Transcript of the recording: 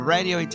Radio